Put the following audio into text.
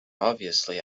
obviously